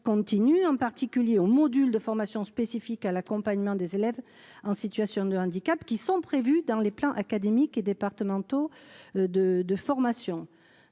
en particulier aux Module de formation spécifique à l'accompagnement des élèves en situation de handicap qui sont prévus dans les plans académiques et départementaux de de formation.